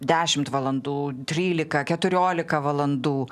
dešimt valandų trylika keturiolika valandų